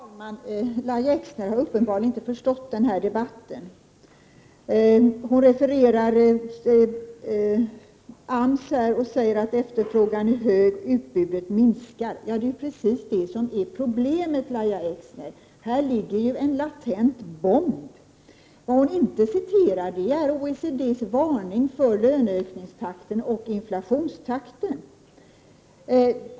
Herr talman! Lahja Exner har uppenbarligen inte förstått debatten. Hon refererar AMS och säger att efterfrågan är hög och utbudet minskar. Ja, det är precis detta som är problemet! Här ligger ju en latent bomb. Vad hon inte citerar är OECD:s varning för löneökningstakten och inflationstakten.